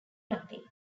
nothing